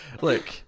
Look